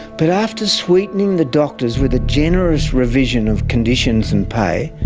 but after sweetening the doctors with a generous revision of conditions and pay,